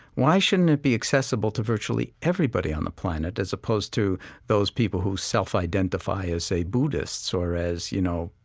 why shouldn't it be accessible to virtually everybody on the planet as opposed to those people who self-identify as, say, buddhists or as, you know,